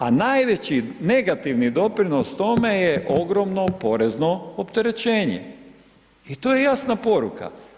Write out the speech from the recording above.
A najveći negativni doprinos tome je ogromno porezno opterećenje, i to je jasna poruka.